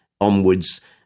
onwards